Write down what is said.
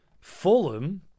Fulham